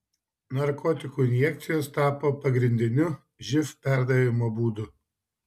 narkotikų injekcijos tapo pagrindiniu živ perdavimo būdu